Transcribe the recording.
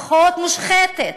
פחות מושחתת,